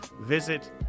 visit